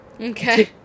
Okay